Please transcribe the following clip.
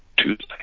Tuesday